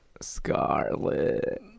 Scarlet